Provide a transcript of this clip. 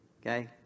Okay